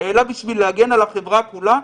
אלא בשביל להגן על החברה כולה,